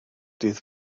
dydd